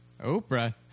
Oprah